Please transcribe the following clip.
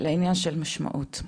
לעניין של משמעות.